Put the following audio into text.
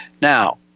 Now